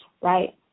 right